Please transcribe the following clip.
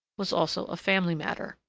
was also a family matter.